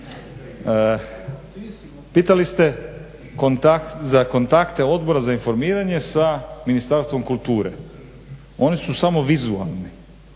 kontakt, za kontakte Odbora za informiranje sa Ministarstvom kulture. Oni su samo vizualni,